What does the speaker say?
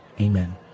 Amen